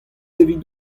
evit